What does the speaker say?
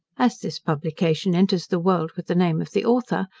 as this publication enters the world with the name of the author,